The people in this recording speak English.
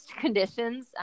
conditions